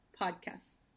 podcasts